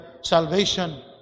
salvation